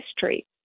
history